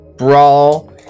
Brawl